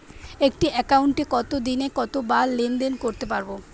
একটি একাউন্টে একদিনে কতবার লেনদেন করতে পারব?